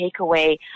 takeaway